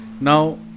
Now